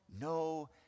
no